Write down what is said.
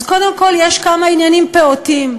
אז קודם כול, יש כמה עניינים פעוטים.